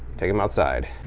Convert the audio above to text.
take them outside.